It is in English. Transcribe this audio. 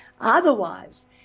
Otherwise